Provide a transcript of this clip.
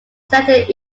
selected